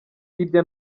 hirya